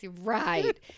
right